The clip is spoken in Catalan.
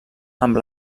amb